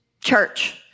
church